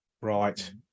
right